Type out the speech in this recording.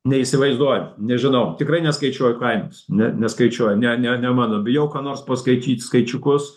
neįsivaizduoju nežinau tikrai neskaičiuoju kainos ne neskaičiuoju ne ne ne mano bijau ką nors paskaityt skaičiukus